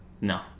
No